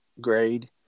grade